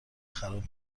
خراب